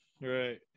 right